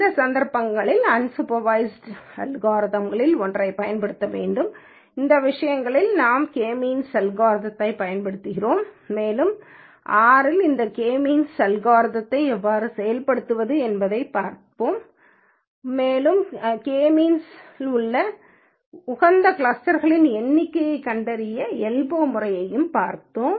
இந்த சந்தர்ப்பங்களில் unsupervised learning அல்காரிதம்களில் ஒன்றைப் பயன்படுத்த வேண்டும் இந்த விஷயத்தில் நாம் கே மீன்ஸ் அல்காரிதம்யைப் பயன்படுத்துகிறோம் மேலும் R இல் இந்த கே மீன்ஸ் அல்காரிதம்யை எவ்வாறு செயல்படுத்துவது என்பதைப் பார்த்தோம் மேலும் கே மீன்ஸ்க்கான உகந்த கிளஸ்டர்க்கள் எண்ணைக் கண்டறிய எல்போ முறையைப் பார்த்தோம்